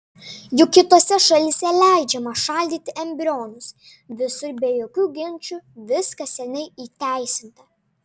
juk kitose šalyse leidžiama šaldyti embrionus visur be jokių ginčų viskas seniai įteisinta